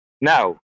now